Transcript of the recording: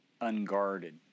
unguarded